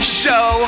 show